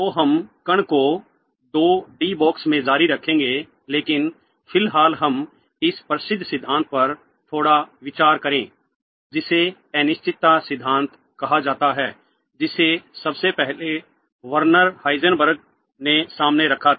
तो हम कण को दो डी बॉक्स में जारी रखेंगे लेकिन फिलहाल हम इस प्रसिद्ध सिद्धांत पर थोड़ा विचार करें जिसे अनिश्चितता सिद्धांत कहा जाता है जिसे सबसे पहले वर्नर हाइजेनबर्ग ने सामने रखा था